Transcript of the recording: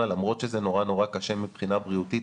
למרות שזה נורא נורא קשה מבחינה בריאותית,